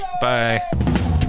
Bye